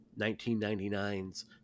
1999's